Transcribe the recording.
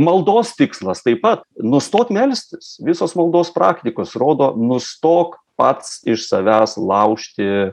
maldos tikslas taip pat nustot melstis visos maldos praktikos rodo nustok pats iš savęs laužti